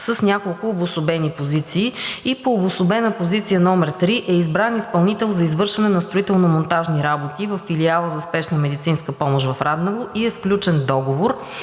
с няколко обособени позиции. По обособена позиция № 3 е избран изпълнител за извършване на строително-монтажни работи във Филиала за спешна медицинска помощ в Раднево и е сключен Договор